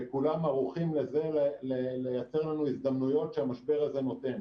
כולם ערוכים לייצר לנו הזדמנויות שהמשבר הזה נותן,